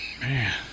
Man